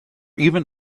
even